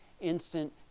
instant